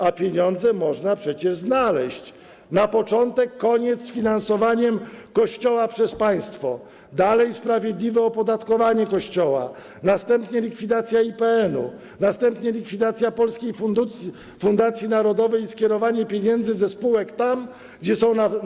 A pieniądze można przecież znaleźć: na początek - koniec z finansowaniem Kościoła przez państwo, dalej - sprawiedliwe opodatkowanie Kościoła, następnie - likwidacja IPN-u, likwidacja Polskiej Fundacji Narodowej i skierowanie pieniędzy ze spółek tam, gdzie są naprawdę potrzebne.